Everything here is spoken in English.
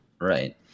Right